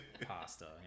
pasta